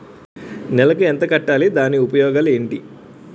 నెలకు ఎంత కట్టాలి? దాని ఉపయోగాలు ఏమిటి?